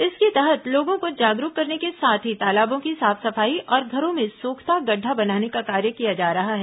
इसके तहत लोगों को जागरूक करने के साथ ही तालाबों की साफ सफाई और घरों में सोख्ता गढ्ढा बनाने का कार्य किया जा रहा है